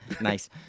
nice